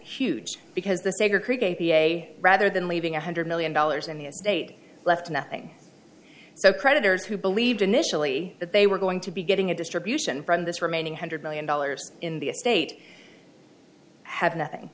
huge because the segregate v a rather than leaving one hundred million dollars in the state left nothing so creditors who believed initially that they were going to be getting a distribution from this remaining hundred million dollars in the state have nothing